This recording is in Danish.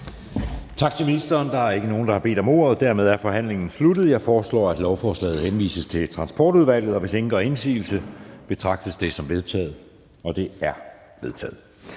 Tak til ministeren. Der er ikke nogen, der har bedt om ordet. Dermed er forhandlingen sluttet. Jeg foreslår, at lovforslaget henvises til Transportudvalget. Hvis ingen gør indsigelse, betragtes det som vedtaget. Det er vedtaget.